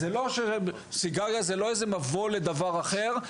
אז זה לא שסיגריה היא איזו מבוא לדבר אחר,